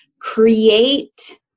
create